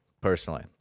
personally